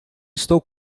estou